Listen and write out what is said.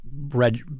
red